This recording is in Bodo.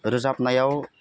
रोजाबनायाव